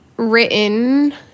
Written